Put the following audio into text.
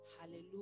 Hallelujah